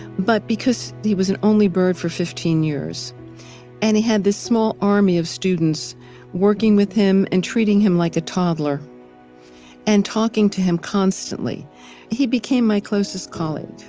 but because he was an only bird for fifteen years and he had this small army of students working with him and treating him like a toddler and talking to him constantly he became my closest colleague.